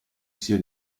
sia